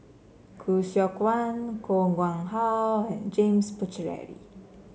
Khoo Seok Wan Koh Nguang How and James Puthucheary